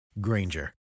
Granger